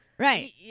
Right